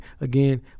again